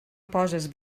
poses